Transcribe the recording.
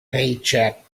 paycheck